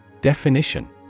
Definition